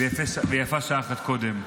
ויפה שעה אחת קודם.